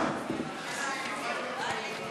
16:00. ישיבה זו